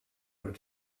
where